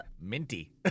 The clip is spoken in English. Minty